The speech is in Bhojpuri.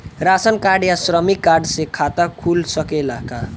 राशन कार्ड या श्रमिक कार्ड से खाता खुल सकेला का?